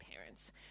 parents